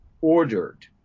ordered